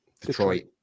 Detroit